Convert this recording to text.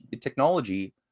technology